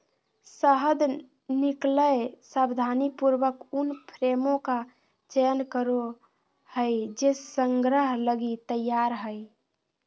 शहद निकलैय सावधानीपूर्वक उन फ्रेमों का चयन करो हइ जे संग्रह लगी तैयार हइ